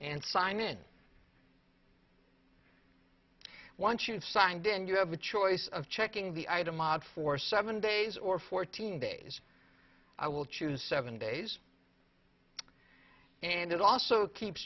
and sign in once you have signed then you have the choice of checking the item odd for seven days or fourteen days i will choose seven days and it also keeps